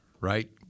right